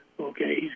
okay